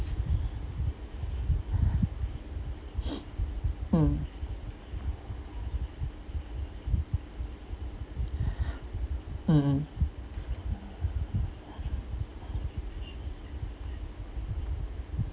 mm mm mm